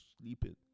sleeping